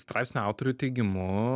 straipsnio autorių teigimu